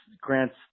Grant's